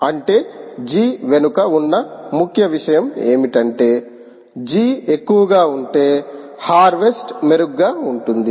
అంటే G వెనుక ఉన్న ముఖ్య విషయం ఏమిటంటే G ఎక్కువగా ఉంటే హార్వెస్ట మెరుగ్గా ఉంటుంది